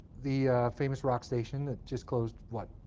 the famous rock station that just closed, what,